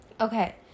okay